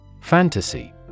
Fantasy